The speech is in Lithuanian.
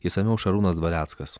išsamiau šarūnas dvareckas